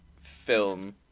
film